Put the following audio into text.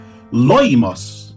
loimos